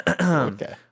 Okay